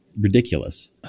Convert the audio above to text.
ridiculous